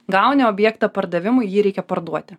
gauni objektą pardavimui jį reikia parduoti